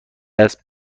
است